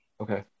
Okay